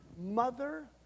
mother